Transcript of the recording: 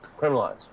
criminalized